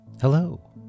Hello